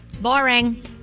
Boring